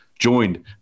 joined